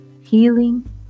healing